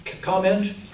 comment